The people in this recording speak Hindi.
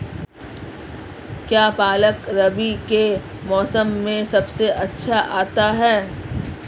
क्या पालक रबी के मौसम में सबसे अच्छा आता है?